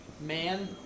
man